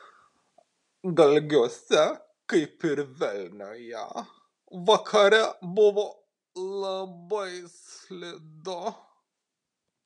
galgiuose kaip ir vilniuje vakare buvo labai slidu